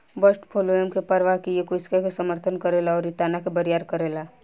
bast phloem के प्रवाह किये कोशिका के समर्थन करेला अउरी तना के बरियार करेला